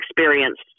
experienced